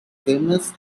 famous